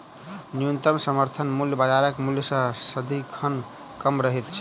न्यूनतम समर्थन मूल्य बाजारक मूल्य सॅ सदिखन कम रहैत छै